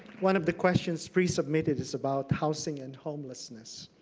one of the questions pre-submitted is about housing and homelessness.